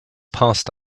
passed